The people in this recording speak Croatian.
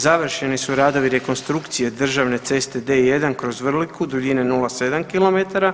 Završeni su radovi rekonstrukcije državne ceste D1 kroz Vrliku duljine 07 km.